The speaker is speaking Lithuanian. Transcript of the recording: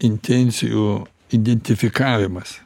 intencijų identifikavimas